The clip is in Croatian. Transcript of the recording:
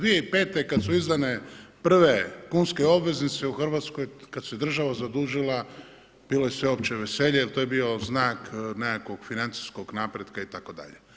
2005. kad su izdane prve kunske obveznice u Hrvatskoj, kad se država zadužila bilo je sveopće veselje jer bio je to znak nekakvog financijskog napretka itd.